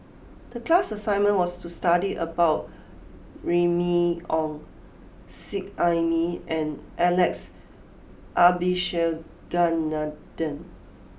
the class assignment was to study about Remy Ong Seet Ai Mee and Alex Abisheganaden